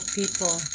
people